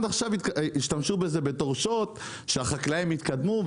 הם עד עכשיו השתמשו בזה בתור שוט שהחקלאים התקדמו,